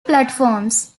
platforms